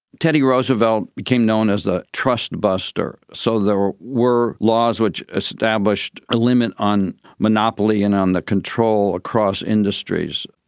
teddy roosevelt became known as a trust buster. so there were were laws which established a limit on monopoly and on the control across industries.